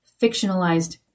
fictionalized